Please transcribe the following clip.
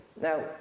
Now